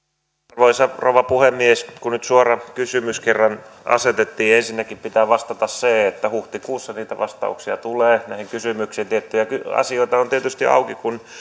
arvoisa rouva puhemies kun nyt suora kysymys kerran asetettiin niin ensinnäkin pitää vastata että huhtikuussa niitä vastauksia tulee näihin kysymyksiin tiettyjä asioita on tietysti auki kun